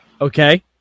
Okay